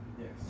Yes